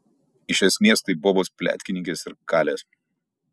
iš esmės tai bobos pletkininkės ir kalės